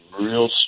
real